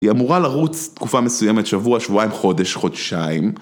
‫היא אמורה לרוץ תקופה מסוימת, ‫שבוע, שבועיים, חודש, חודשיים.